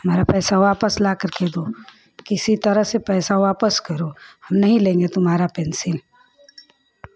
हमारा पैसा वापस ला कर के दो किसी तरह से पैसा वापस करो हम नहीं लेंगे तुम्हारा पेंसिल